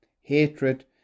Hatred